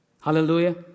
Hallelujah